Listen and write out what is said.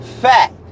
fact